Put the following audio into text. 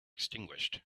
extinguished